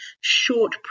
short